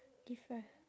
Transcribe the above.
differe~